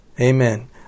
Amen